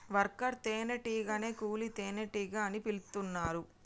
worker తేనే టీగనే కూలీ తేనెటీగ అని పిలుతున్నరు